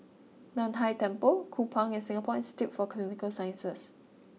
Nan Hai Temple Kupang and Singapore Institute for Clinical Sciences